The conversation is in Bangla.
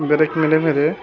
ব্রেক মেরে মেরে